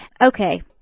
Okay